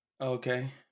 Okay